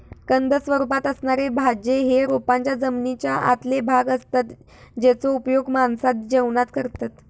कंद स्वरूपात असणारे भाज्ये हे रोपांचे जमनीच्या आतले भाग असतत जेचो उपयोग माणसा जेवणात करतत